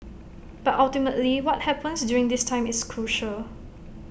but ultimately what happens during this time is crucial